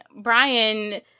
Brian